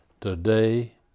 Today